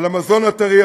על המזון הטרי,